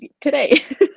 today